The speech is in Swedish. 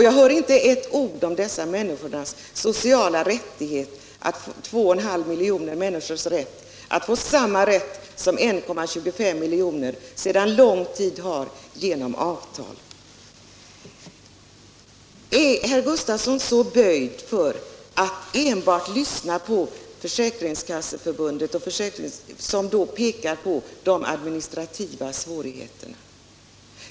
Jag hör inte ett ord om dessa människors sociala rättigheter — rätten för 2,5 miljoner människor att få detsamma som 1,25 miljoner sedan lång tid har genom avtal. Är herr Gustavsson så böjd för att enbart lyssna på Försäkringskasseförbundets synpunkter beträffande de administrativa svårigheterna?